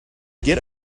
get